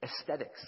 Aesthetics